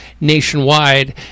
nationwide